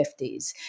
50s